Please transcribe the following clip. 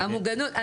המוגנות,